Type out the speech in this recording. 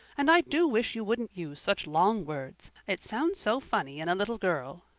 and i do wish you wouldn't use such long words. it sounds so funny in a little girl.